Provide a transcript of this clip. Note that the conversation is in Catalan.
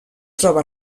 troba